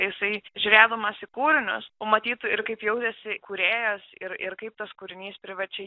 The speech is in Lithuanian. jisai žiūrėdamas į kūrinius pamatytų ir kaip jautėsi kūrėjas ir ir kaip tas kūrinys privačiai